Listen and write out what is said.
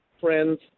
friends